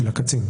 של הקצין.